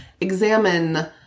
examine